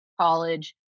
college